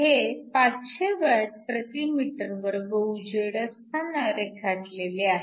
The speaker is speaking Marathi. हे 500Wm2 उजेड असताना रेखाटलेले आहेत